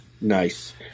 Nice